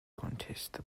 contest